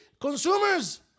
Consumers